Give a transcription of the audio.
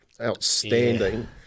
outstanding